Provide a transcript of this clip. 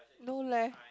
no leh